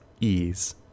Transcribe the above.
ease